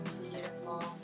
Beautiful